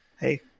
hey